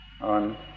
on